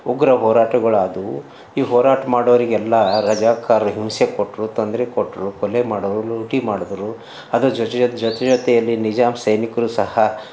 ಉಗ್ರ ಹೋರಾಟಗಳಾದವು ಈ ಹೋರಾಟ ಮಾಡುವರಿಗೆಲ್ಲ ರಜಕಾರರು ಹಿಂಸೆ ಕೊಟ್ಟರು ತೊಂದರೆ ಕೊಟ್ಟರು ಕೊಲೆ ಮಾಡೋ ಲೂಟಿ ಮಾಡಿದ್ರು ಅದರ ಜೊತೆ ಜೊತೆ ಜೊತೆ ಜೊತೆಯಲಿ ನಿಜಾಮ್ ಸೈನಿಕರು ಸಹ